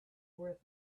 worth